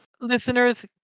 Listeners